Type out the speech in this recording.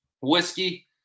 whiskey